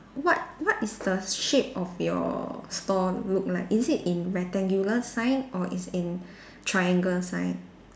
what what is the shape of your store look like is it in rectangular sign or it's in triangle sign